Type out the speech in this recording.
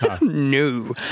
no